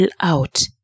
out